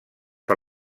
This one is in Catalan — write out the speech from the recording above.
per